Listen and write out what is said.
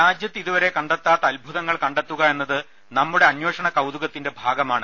രാജ്യത്ത് ഇതുവരെ കണ്ടെത്താത്ത അത്ഭുതങ്ങൾ കണ്ടെത്തുക എന്നത് നമ്മുടെ അന്വേഷണ കൌതുകത്തിന്റെ ഭാഗമാണ്